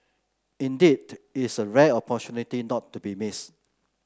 indeed it's a rare opportunity not to be missed